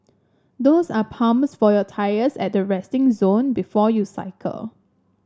those are pumps for your tyres at the resting zone before you cycle